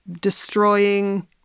destroying